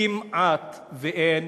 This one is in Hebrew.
כמעט שאין,